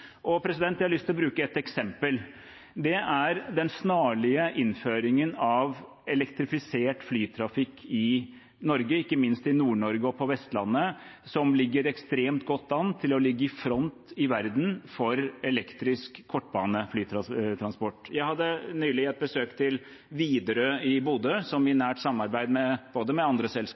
Jeg har lyst til å bruke et eksempel: Den snarlige innføringen av elektrifisert flytrafikk i Norge, ikke minst i Nord-Norge og på Vestlandet, ligger ekstremt godt an til å ligge i front i verden for elektrisk flytransport på kortbane. Jeg var nylig på besøk hos Widerøe i Bodø, som i nært samarbeid både med andre